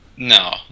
No